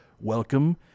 Welcome